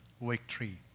Victory